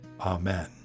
Amen